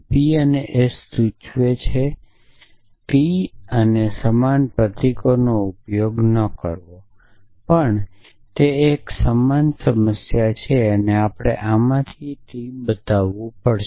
P અને S સૂચવે છે T અને સમાન પ્રતીકોનો ઉપયોગ ન કરવો પણ તે એક સમાન સમસ્યા છે અને આમાંથી આપણે T બતાવવું પડશે